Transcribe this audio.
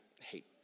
hate